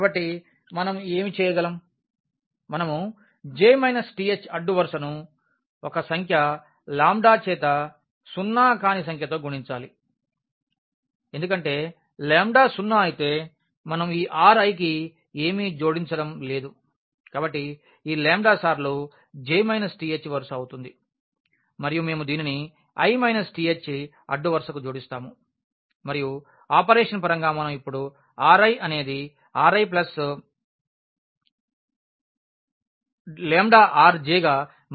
కాబట్టి మనం ఏమి చేయగలం మనం j th అడ్డు వరుసను ఒక సంఖ్య లాంబ్డా చేత సున్నా కాని సంఖ్యతో గుణించాలి ఎందుకంటే లాంబ్డా 0 అయితే మనం ఈ Riకి ఏమీ జోడించడం లేము కాబట్టి ఈ లాంబ్డా సార్లు j th వరుస అవుతుంది మరియు మేము దీనిని i th అడ్డు వరుసకు జోడిస్తాము మరియు ఆపరేషన్ పరంగా మనం ఇప్పుడు Ri అనేది Ri λRj గా మారిందని వ్రాస్తాము